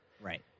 right